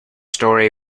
story